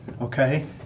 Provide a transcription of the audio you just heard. okay